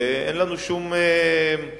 ואין לנו שום מורא